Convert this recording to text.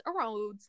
erodes